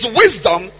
wisdom